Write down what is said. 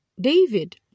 David